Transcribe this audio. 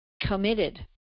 committed